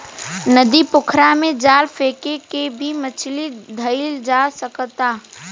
नदी, पोखरा में जाल फेक के भी मछली धइल जा सकता